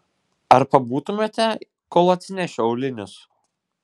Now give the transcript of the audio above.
ar pabūtumėte kol atsinešiu aulinius